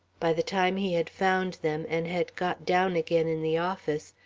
by the time he had found them and had got down again in the office,